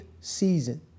season